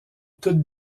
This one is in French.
toute